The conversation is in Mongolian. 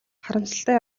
харамсалтай